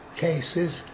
cases